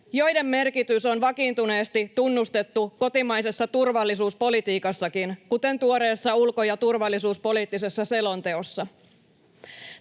joiden merkitys on vakiintuneesti tunnustettu kotimaisessa turvallisuuspolitiikassakin, kuten tuoreessa ulko- ja turvallisuuspoliittisessa selonteossa.